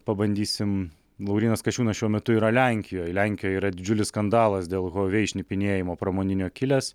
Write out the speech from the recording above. pabandysim laurynas kasčiūnas šiuo metu yra lenkijoj lenkijoj yra didžiulis skandalas dėl huavei šnipinėjimo pramoninio kilęs